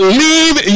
leave